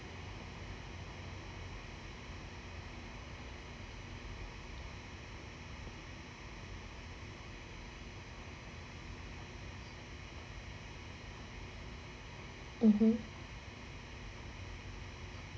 (uh huh)